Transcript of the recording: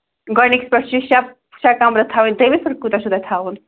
گۄڈنِکِس پٮ۪ٹھ چھِ شیےٚ شیےٚ کَمرٕ تھاوٕنۍ ترٛیمِس پٮ۪ٹھ کوٗتاہ چھُو تۄہہِ تھاوُن